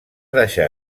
deixar